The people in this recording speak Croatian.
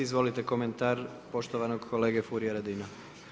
Izvolite komentar, poštovanog kolege Furia Radina.